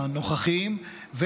הנוכחיים,